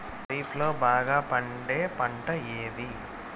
ఖరీఫ్ లో బాగా పండే పంట ఏది?